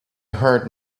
heard